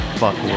fuck